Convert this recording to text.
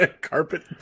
Carpet